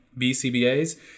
BCBAs